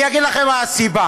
אני אגיד לכם מה הסיבה,